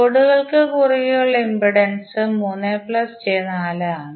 ലോഡുകൾക് കുറുകെ ഉള്ള impedance 3 j4 ആണ്